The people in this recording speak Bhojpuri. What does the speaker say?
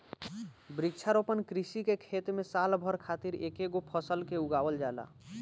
वृक्षारोपण कृषि के खेत में साल भर खातिर एकेगो फसल के उगावल जाला